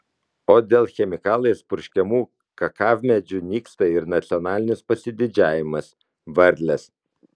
o dėl chemikalais purškiamų kakavmedžių nyksta ir nacionalinis pasididžiavimas varlės